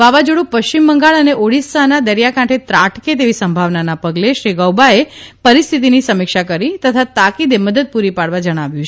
વાવાઝોડુ પશ્ચિમ બંગાળ અને ઓડીસાના દરિયાકાંઠે ત્રાટકે તેવી સંભાવનાના પગલે શ્રી ગૌબાએ પરિસ્થિતિની સમીક્ષા કરી તથા તાકીદે મદદ પૂરી પાડવા જણાવ્યુ